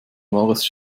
wahres